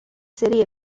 city